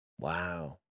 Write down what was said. wow